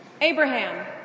Abraham